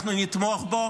אנחנו נתמוך בו